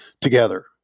together